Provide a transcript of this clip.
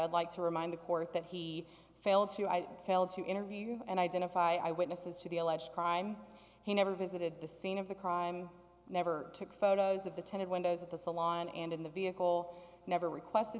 i'd like to remind the court that he failed to i failed to interview and identify eyewitnesses to the alleged crime he never visited the scene of the crime never took photos of the ted windows at the salon and in the vehicle never requested